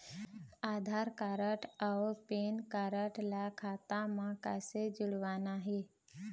आधार card अऊ PAN card ला खाता म कइसे जोड़वाना हे?